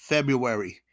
February